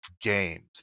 games